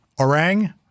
Orang